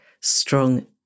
strong